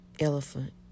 elephant